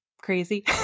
crazy